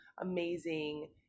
amazing